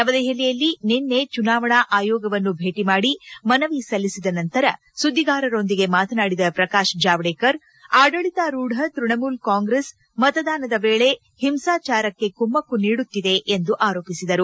ನವದೆಹಲಿಯಲ್ಲಿ ನಿನ್ನೆ ಚುನಾವಣಾ ಆಯೋಗವನ್ನು ಭೇಟ ಮಾಡಿ ಮನವಿ ಸಲ್ಲಿಸಿದ ನಂತರ ಸುದ್ದಿಗಾರರೊಂದಿಗೆ ಮಾತನಾಡಿದ ಪ್ರಕಾಶ್ ಜಾವಡೇಕರ್ ಆಡಳಿತಾರೂಢ ತೈಣಮೂಲ ಕಾಂಗ್ರೆಸ್ ಮತದಾನದ ವೇಳೆ ಹಿಂಸಾಚಾರಕ್ಕೆ ಕುಮ್ಮಕ್ತು ನೀಡುತ್ತಿದೆ ಎಂದು ಆರೋಪಿಸಿದರು